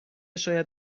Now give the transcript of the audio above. شاید